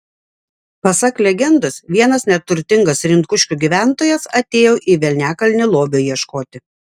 pasak legendos vienas neturtingas rinkuškių gyventojas atėjo į velniakalnį lobio ieškoti